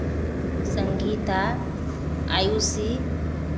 Sangeeta Ayushi